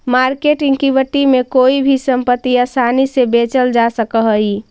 market equity में कोई भी संपत्ति आसानी से बेचल जा सकऽ हई